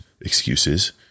excuses